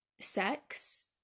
sex